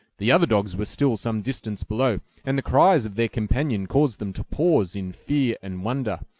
the other dogs were still some distance below, and the cries of their companion caused them to pause in fear and wonder,